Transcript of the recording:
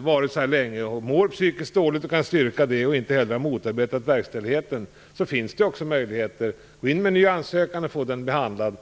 varit här länge, mår psykiskt dåligt och kan styrka det och inte heller har motarbetat verkställigheten finns det möjligheter för dem att gå in med en ny ansökan och få den behandlad.